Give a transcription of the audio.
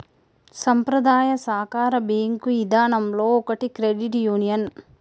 సంప్రదాయ సాకార బేంకు ఇదానంలో ఒకటి క్రెడిట్ యూనియన్